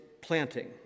planting